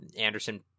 Anderson